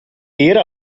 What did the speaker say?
era